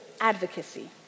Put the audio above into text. advocacy